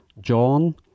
John